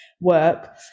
work